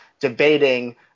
debating